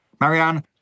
Marianne